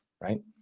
right